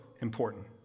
important